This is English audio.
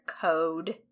code